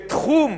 את תחום